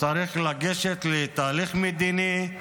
הוא לגשת לתהליך מדיני.